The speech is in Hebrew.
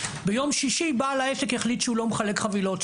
ביום שישי בעל העסק החליט שהוא לא מחלק חבילות,